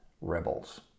rebels